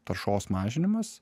taršos mažinimas